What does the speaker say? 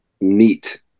neat